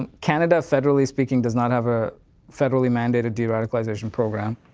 um canada, federally speaking does not have a federally mandated de-radicalization program.